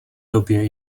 době